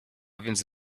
więc